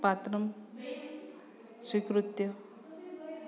पात्रं स्वीकृत्य